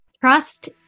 Trust